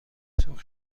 سرخ